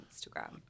Instagram